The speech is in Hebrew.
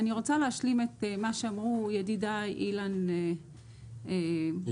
את מה שאמרו ידידיי אילן ואיתמר.